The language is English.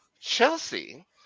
Chelsea